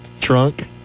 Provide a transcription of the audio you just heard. trunk